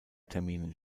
terminen